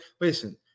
listen